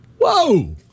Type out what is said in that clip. whoa